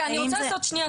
אני רוצה לעשות סדר,